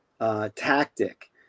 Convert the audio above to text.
tactic